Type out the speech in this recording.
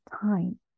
time